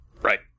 Right